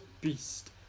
beast